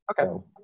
Okay